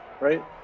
Right